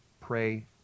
pray